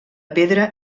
pedra